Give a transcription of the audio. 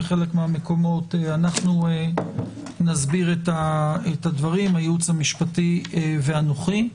בחלק מהמקומות אנחנו נסביר את הדברים הייעוץ המשפטי ואנוכי.